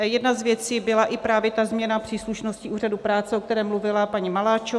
Jedna z věcí byla i právě ta změna příslušnosti úřadu práce, o které mluvila paní Maláčová.